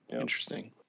Interesting